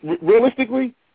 realistically